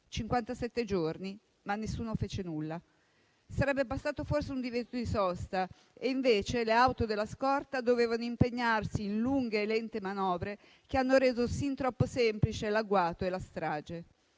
giorni, ma nessuno fece nulla. Sarebbe bastato forse un divieto di sosta e invece le auto della scorta dovevano impegnarsi in lunghe e lente manovre che hanno reso sin troppo semplici l'agguato e la strage.